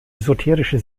esoterische